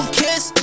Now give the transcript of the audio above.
kiss